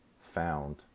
found